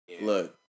Look